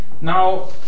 Now